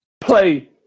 play